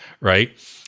right